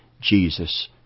Jesus